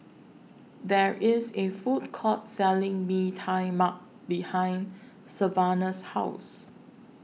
There IS A Food Court Selling Mee Tai Mak behind Savanah's House